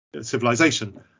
civilization